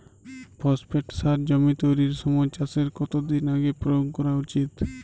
Phosphate সার জমি তৈরির সময় চাষের কত দিন আগে প্রয়োগ করা উচিৎ?